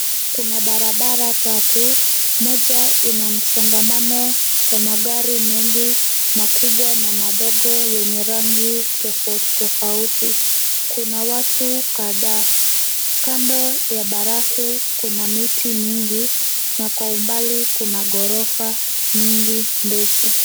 Kuna barabara tatu, moja ina msongamano wa magari mengi makubwa na madogo yenye rangi tofauti tofauti. Kuna watu kadhaa. Kando ya baraste kuna miti mingi, na kwa umbali kuna ghorofa mingi ndefu.